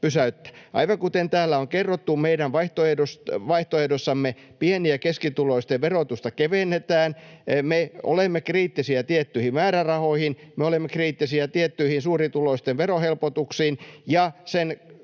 Aivan kuten täällä on kerrottu, meidän vaihtoehdossamme pieni- ja keskituloisten verotusta kevennetään. Me olemme kriittisiä tiettyihin määrärahoihin, me olemme kriittisiä tiettyihin suurituloisten verohelpotuksiin, ja sen